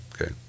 Okay